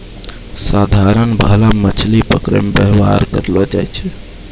साधारण भाला मछली पकड़ै मे वेवहार करलो जाय छै